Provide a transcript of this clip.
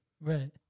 Right